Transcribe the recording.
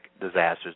disasters